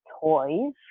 toys